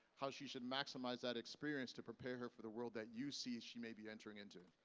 how she should maximize that experience to prepare her for the world that you see she may be entering into.